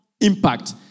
impact